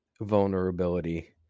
vulnerability